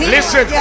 Listen